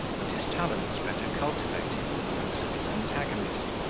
and his talents better cultivated, than those of his antagonist,